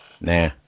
Nah